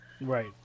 Right